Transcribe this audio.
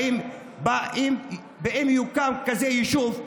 אם יוקם כזה יישוב,